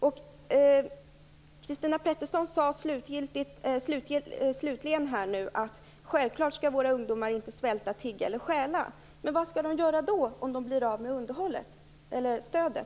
Christina Pettersson sade slutligen att våra ungdomar självfallet inte skall svälta, tigga eller stjäla. Men vad skall de då göra, om de blir av med stödet?